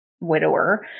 widower